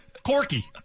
Corky